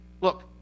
Look